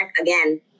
again